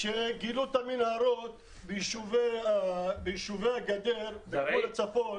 כשגילו את המנהרות ביישובי הגדר בגבול הצפון,